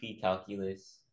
calculus